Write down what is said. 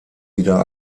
wieder